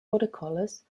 watercolors